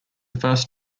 first